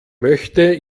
möchte